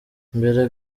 mbere